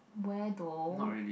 where though